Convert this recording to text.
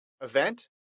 event